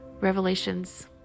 revelations